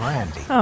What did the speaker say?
Randy